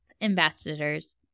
ambassadors